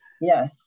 Yes